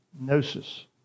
Gnosis